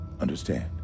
Understand